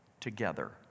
together